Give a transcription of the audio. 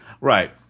Right